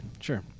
sure